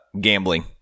gambling